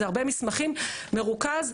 זה הרבה מסמכים מרוכז,